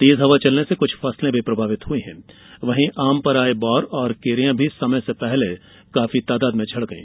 तेज हवा चलने से कुछ फसलें प्रभावित हुई हैं वहीं आम पर आये बौर और कैरियां भी समय से पहले काफी तादाद में झड़ गई